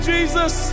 Jesus